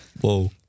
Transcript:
Whoa